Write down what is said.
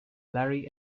larry